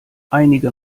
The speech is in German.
einige